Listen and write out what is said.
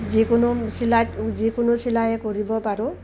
যিকোনো চিলাইত যিকোনো চিলাই কৰিব পাৰোঁ